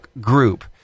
group